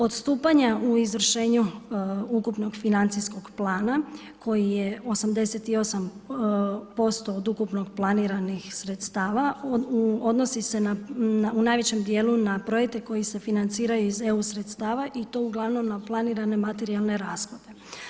Odstupanje u izvršenju ukupnog financijskog plana koji je 88 % od ukupno planiranih sredstava odnosi se na u najvećem dijelu na projekte koji se financiraju iz EU sredstava i to uglavnom na planirane materijalne rashode.